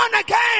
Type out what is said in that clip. again